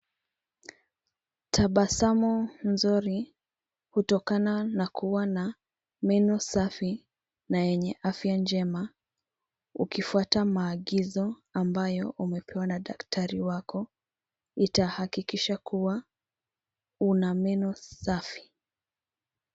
Tabasamu nzuri kutokana na kuwa na meno safi na yenye afya njema Ukifwata maagizo ambayo umepewa na daktari wako, itahakikisha kuwa una meno safi.